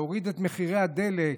להוריד את מחירי הדלק,